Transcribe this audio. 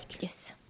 yes